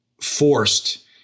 forced